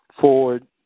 forward